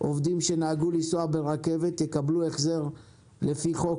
עובדים שנהגו לנסוע ברכבת יקבלו החזר לפי חוק,